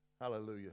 Hallelujah